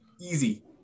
easy